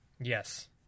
Yes